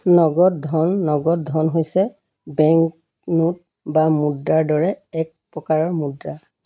নগদ ধন নগদ ধন হৈছে বেংক নোট বা মুদ্ৰাৰ দৰে এক প্ৰকাৰৰ মুদ্ৰা